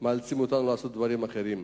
מאלצות אותנו לעשות דברים אחרים.